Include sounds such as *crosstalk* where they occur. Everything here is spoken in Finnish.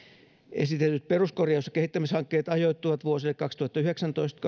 esitetyt peruskorjaus ja kehittämishankkeet ajoittuvat vuosille kaksituhattayhdeksäntoista *unintelligible*